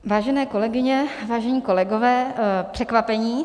Vážené kolegyně, vážení kolegové, překvapení!